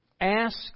ask